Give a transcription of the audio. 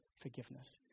forgiveness